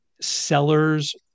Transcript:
sellers